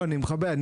אין בעיה,